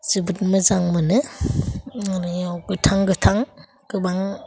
जोबोद मोजां मोनो मोनायाव गोथां गोथां गोबां